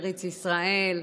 ארץ ישראל.